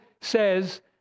says